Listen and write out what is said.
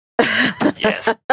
yes